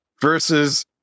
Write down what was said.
versus